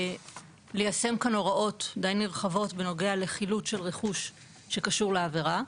ליישם כאן הוראות די נרחבות בנוגע לחילוט של רכוש שקשור לעבירה.